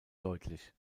deutlich